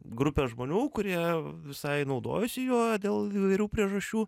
grupę žmonių kurie visai naudojosi juo dėl įvairių priežasčių